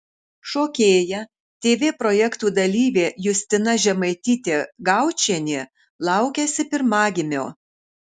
šokėja tv projektų dalyvė justina žemaitytė gaučienė laukiasi pirmagimio